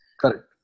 Correct